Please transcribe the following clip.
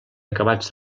acabats